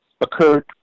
occurred